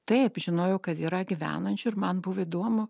taip žinojau kad yra gyvenančių ir man buvo įduomu